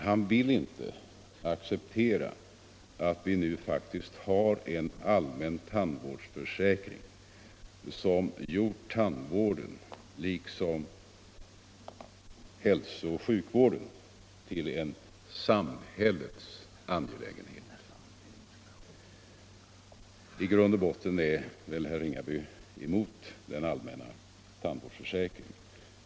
Han vill inte acceptera att vi nu faktiskt har en allmän tandvårdsförsäkring, som gjort tandvården liksom hälsooch sjukvården i övrigt till en samhällets angelägenhet. I grund och botten är väl herr Ringaby emot den allmänna tandvårdsförsäkringen.